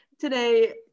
today